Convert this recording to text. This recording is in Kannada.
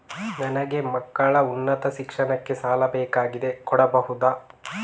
ನನಗೆ ಮಕ್ಕಳ ಉನ್ನತ ಶಿಕ್ಷಣಕ್ಕೆ ಸಾಲ ಬೇಕಾಗಿದೆ ಕೊಡಬಹುದ?